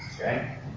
Okay